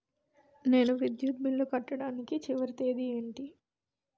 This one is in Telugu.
నేను విద్యుత్ బిల్లు కట్టడానికి చివరి తేదీ ఏంటి?